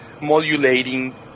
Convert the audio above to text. modulating